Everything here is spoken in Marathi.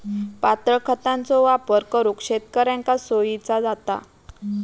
पातळ खतांचो वापर करुक शेतकऱ्यांका सोयीचा जाता